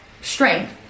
strength